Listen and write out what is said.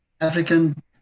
African